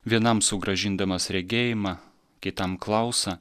vienam sugrąžindamas regėjimą kitam klausą